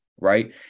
Right